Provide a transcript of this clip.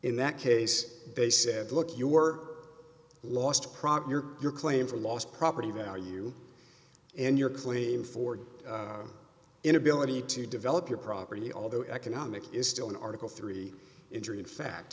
in that case basis look you were lost your claim for lost property value and your claim for inability to develop your property although economic is still in article three injury in fact